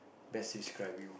best describe you